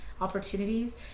opportunities